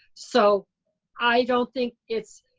so i don't think it's,